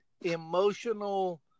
emotional